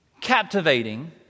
captivating